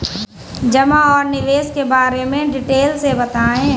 जमा और निवेश के बारे में डिटेल से बताएँ?